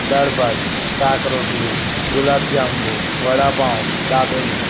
દાળ ભાત શાક રોટલી ગુલાબજાંબુ વડાપાઉં દાબેલી